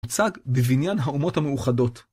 הוצג בבניין האומות המאוחדות